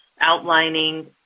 outlining